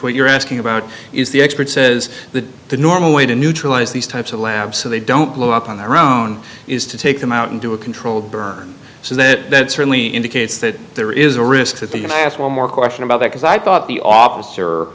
tweet you're asking about is the expert says the the normal way to neutralize these types of labs so they don't blow up on their own is to take them out and do a controlled burn so that certainly indicates that there is a risk that the us one more question about that because i thought the officer